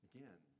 Again